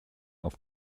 auf